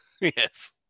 Yes